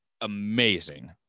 amazing